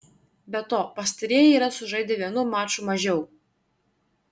be to pastarieji yra sužaidę vienu maču mažiau